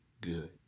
good